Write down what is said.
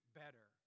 better